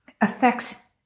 affects